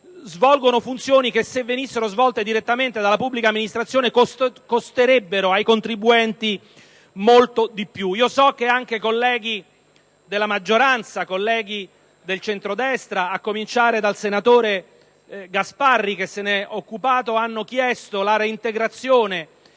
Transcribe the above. svolgono funzioni che, ove se ne occupasse direttamente la pubblica amministrazione, costerebbero ai contribuenti molto di più. So che anche colleghi della maggioranza e del centrodestra - a cominciare dal senatore Gasparri, che si è occupato della questione - hanno chiesto la reintegrazione